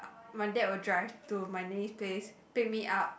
my dad will drive to my nanny's place pick me up